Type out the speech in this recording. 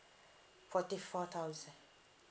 forty four thousand